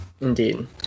Indeed